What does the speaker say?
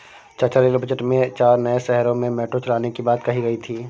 चाचा rail budget में चार नए शहरों में मेट्रो चलाने की बात कही गई थी